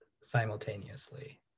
simultaneously